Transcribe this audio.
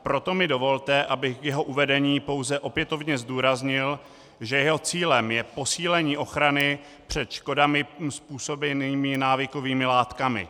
Proto mi dovolte, abych k jeho uvedení pouze opětovně zdůraznil, že jeho cílem je posílení ochrany před škodami způsobenými návykovými látkami.